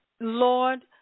Lord